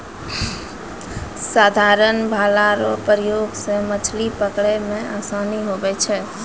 साधारण भाला रो प्रयोग से मछली पकड़ै मे आसानी हुवै छै